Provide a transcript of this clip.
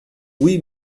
oui